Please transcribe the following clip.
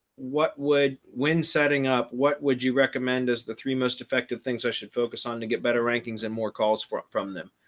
what would when setting up what would you recommend us the three most effective things i should focus on to get better rankings and more calls for from them?